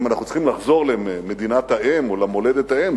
אם אנחנו צריכים לחזור למדינת האם או למולדת האם,